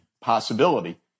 possibility